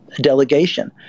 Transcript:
delegation